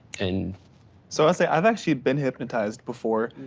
and so, i'll say i've actually been hypnotized before.